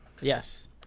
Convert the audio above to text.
Yes